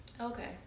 Okay